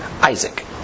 Isaac